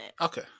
Okay